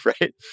right